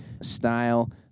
style